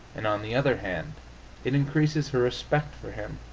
and on the other hand it increases her respect for him.